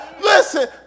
Listen